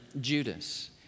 Judas